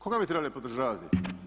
Koga bi trebali podržavati?